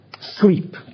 sleep